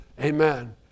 Amen